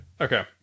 Okay